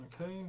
Okay